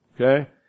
okay